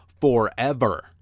forever